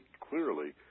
clearly